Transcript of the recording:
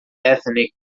ethnic